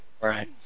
Right